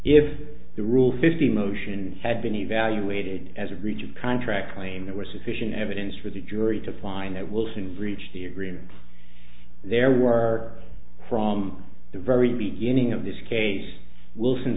if the rule fifty motion had been evaluated as a reach of contract claim that was sufficient evidence for the jury to find it will soon reach the agreement there were from the very beginning of this case wilson